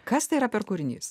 kas tai yra per kūrinys